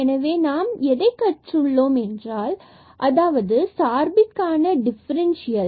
எனவே நாம் எதை கற்றுள்ளோம் என்றால் அதாவது சார்பிலான டிபரன்சியல்